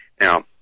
Now